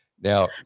Now